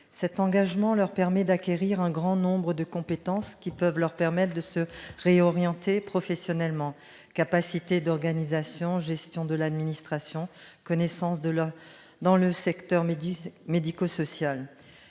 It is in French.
Cet engagement leur permet d'acquérir un grand nombre de compétences, qui peuvent leur permettre de se réorienter professionnellement : capacité d'organisation, gestion de l'administration, connaissance du secteur médico-social